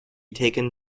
taken